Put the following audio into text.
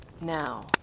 Now